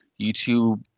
youtube